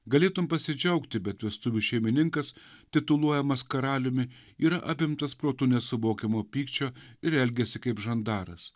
galėtum pasidžiaugti bet vestuvių šeimininkas tituluojamas karaliumi ir apimtas protu nesuvokiamo pykčio ir elgiasi kaip žandaras